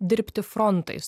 dirbti frontais